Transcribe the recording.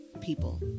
people